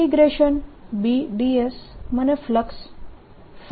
dS મને flux આપે છે